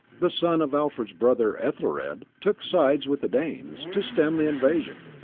the son of alfred's brother ethelred, took sides with the danes. to stem the invasion,